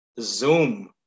Zoom